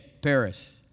Paris